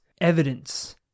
evidence